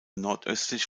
nordöstlich